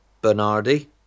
Bernardi